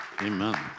Amen